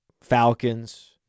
Falcons